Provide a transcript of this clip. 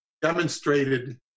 demonstrated